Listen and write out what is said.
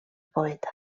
poeta